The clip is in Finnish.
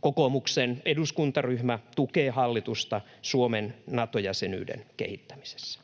Kokoomuksen eduskuntaryhmä tukee hallitusta Suomen Nato-jäsenyyden kehittämisessä.